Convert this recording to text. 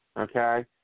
Okay